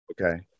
okay